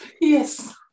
yes